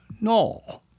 No